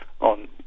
on